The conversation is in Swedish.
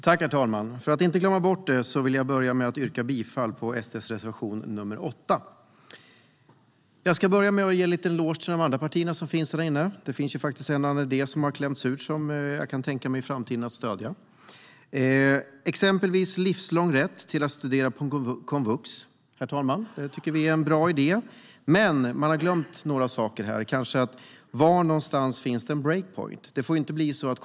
Herr talman! Jag börjar med att yrka bifall till Sverigedemokraternas reservation nr 8. Låt mig ge de andra partierna en liten eloge. Ni har faktiskt klämt ur er en och annan idé som jag kan tänka mig att stödja i framtiden. Till exempel är livslång rätt att studera på komvux en bra idé. Men några saker har glömts bort, till exempel var break point ska sättas.